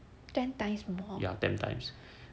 ya ten times